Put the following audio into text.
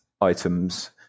items